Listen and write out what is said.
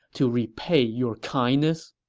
to repay your kindness?